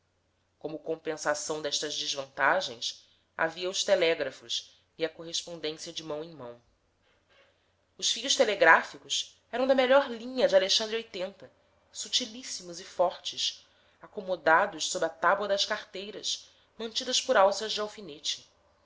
como compensação destas desvantagens havia os telégrafos e a correspondência de mão em mão os fios telegráficos eram da melhor linha de lexandre sutilíssimos e fortes acomodados sob a tábua das carteiras mantidas por alças de alfinete